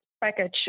package